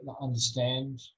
understand